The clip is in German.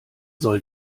soll